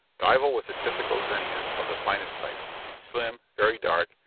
dival was a typical zenian of the finest type slim, very dark,